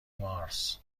مارس